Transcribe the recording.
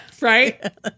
right